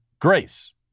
Grace